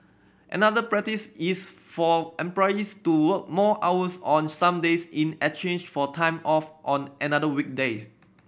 another practice is for employees to work more hours on some days in exchange for time off on another weekday